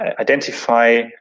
identify